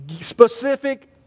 specific